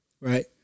Right